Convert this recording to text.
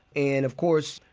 and, of course,